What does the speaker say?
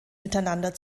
miteinander